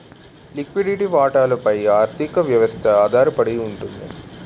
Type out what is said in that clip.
లిక్విడి వాటాల పైన ఆర్థిక వ్యవస్థ ఆధారపడుతుంది